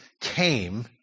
came